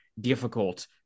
difficult